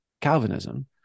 Calvinism